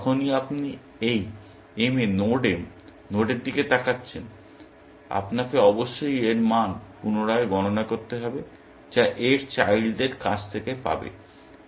সুতরাং যখনই আপনি এই m এ নোড m নোডের দিকে তাকাচ্ছেন আপনাকে অবশ্যই এর মান পুনরায় গণনা করতে হবে যা এর চাইল্ডদের কাছ থেকে পাবে